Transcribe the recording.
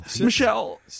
Michelle